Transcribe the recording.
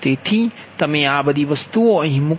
તેથી તમે આ બધી વસ્તુઓ અહીં મૂકો